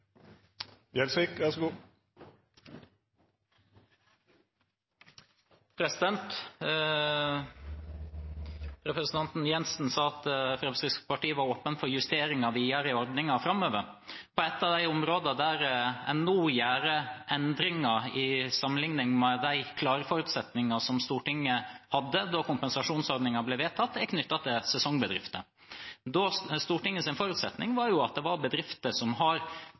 Representanten Jensen sa at Fremskrittspartiet var åpen for justeringer i ordningen framover. Ett av de områdene der man nå gjør endringer i sammenlikning med de klare forutsetningene som Stortinget hadde da kompensasjonsordningen ble vedtatt, er knyttet til sesongbedrifter. Stortingets forutsetning var at det var bedrifter som